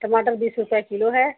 टमाटर बीस रुपए कीलो है